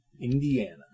Indiana